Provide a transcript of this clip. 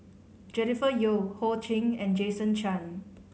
Jennifer Yeo Ho Ching and Jason Chan